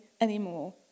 anymore